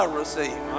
receive